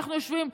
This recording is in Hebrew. אנחנו יושבים,